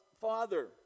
father